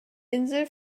insel